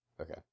Okay